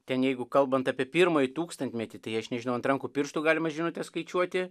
ten jeigu kalbant apie pirmąjį tūkstantmetį tai aš nežinau ant rankų pirštų galima žinutes skaičiuoti